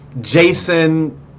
Jason